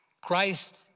Christ